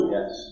Yes